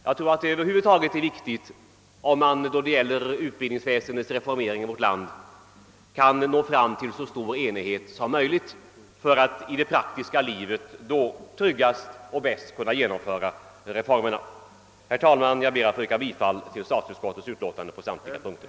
Jag tror att det över huvud taget är viktigt, att man då det gäller ut bildningsväsendets reformering i vårt land kan nå fram till så stor enighet som möjligt för att i det praktiska livet tryggast och bäst kunna genomföra reformen. Herr talman! Jag ber att få yrka bifall till statsutskottets förslag på samtliga punkter.